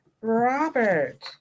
Robert